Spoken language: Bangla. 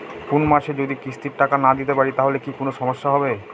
কোনমাসে যদি কিস্তির টাকা না দিতে পারি তাহলে কি কোন সমস্যা হবে?